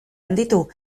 handitu